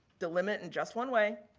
delimit in just one way,